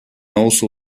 also